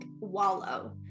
wallow